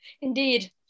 Indeed